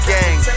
Gang